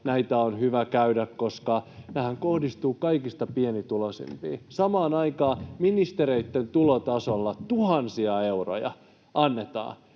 näitä on hyvä käydä läpi, koska tämähän kohdistuu kaikista pienituloisimpiin. Samaan aikaan ministereitten tulotasolla tuhansia euroja annetaan